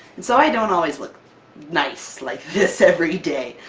so i don't always look nice like this everyday.